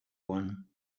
one